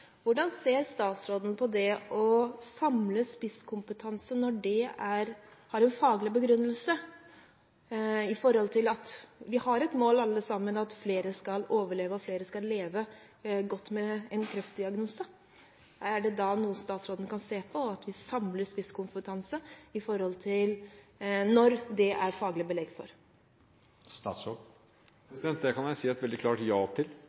Hvordan ser statsråden på det å samle spisskompetanse når det har en faglig begrunnelse, med tanke på at vi alle sammen har et mål om at flere skal overleve og at flere skal leve godt med en kreftdiagnose? Er det noe statsråden kan se på, at vi samler spisskompetanse når det er faglig belegg for det? Det kan jeg si et veldig klart ja til.